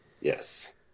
Yes